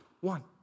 One